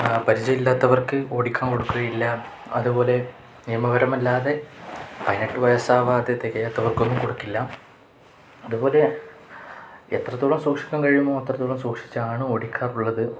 പരിചയമില്ലാത്തവർക്ക് ഓടിക്കാൻ കൊടുക്കുകയില്ല അതുപോലെ നിയമപരമല്ലാതെ പതിനെട്ടു വയസ്സാവാതെ തികയാത്തവർക്കൊന്നും കൊടുക്കില്ല അതുപോലെ എത്രത്തോളം സൂക്ഷിക്കാൻ കഴിയുമോ അത്രത്തോളം സൂക്ഷിച്ചാണ് ഓടിക്കാറുള്ളത്